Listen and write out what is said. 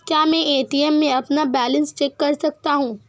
क्या मैं ए.टी.एम में अपना बैलेंस चेक कर सकता हूँ?